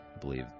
believe